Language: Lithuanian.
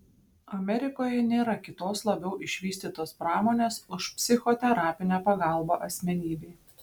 amerikoje nėra kitos labiau išvystytos pramonės už psichoterapinę pagalbą asmenybei